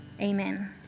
Amen